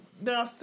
Now